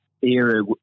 era